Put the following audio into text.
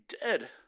dead